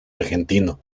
argentino